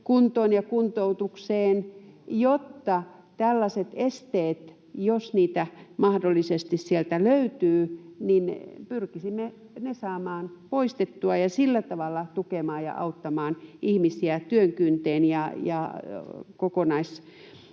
kuntoon ja kuntoutukseen, jotta tällaiset esteet, jos niitä mahdollisesti sieltä löytyy, saadaan poistettua ja pystytään sillä tavalla tukemaan ja auttamaan ihmisiä työn kynteen ja kokopäiväiseen